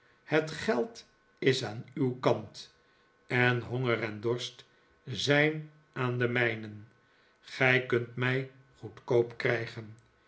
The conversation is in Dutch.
het geld is aan uw kant en honger en dorst zijn aan den mijnen gij kunt mij goedkoop krijgen